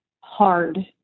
hard